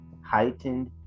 heightened